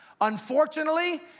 Unfortunately